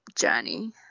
journey